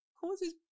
causes